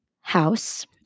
house